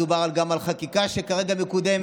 מדובר על גם על חקיקה שכרגע מקודמת,